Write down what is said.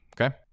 Okay